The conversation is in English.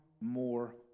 more